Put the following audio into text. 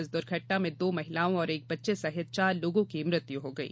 इस दुघर्टना में दो महिलाओं और एक बच्चे सहित चार लोगों की मृत्यु हो गयी